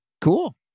cool